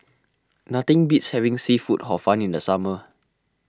nothing beats having Seafood Hor Fun in the summer